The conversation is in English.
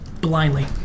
blindly